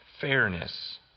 fairness